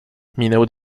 minęły